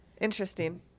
Interesting